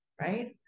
right